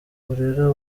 urera